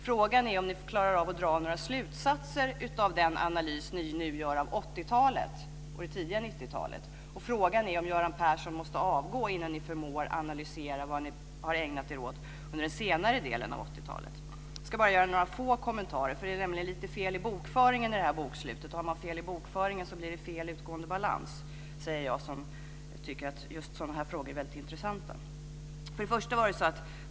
Frågan är om ni klarar av att dra slutsatser av den analys som ni nu gör av 80-talet och av det tidiga 90 talet och om Göran Persson måste avgå innan ni förmår analysera vad ni har ägnat er åt under den senare delen av 80-talet. Jag tänkte göra några få kommentarer. Det är nämligen lite fel i bokföringen vad gäller det här bokslutet. Har man fel i bokföringen, blir det fel i utgående balans, säger jag som tycker att just sådana här frågor är väldigt intressanta.